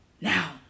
Now